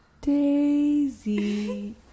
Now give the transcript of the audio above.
Daisy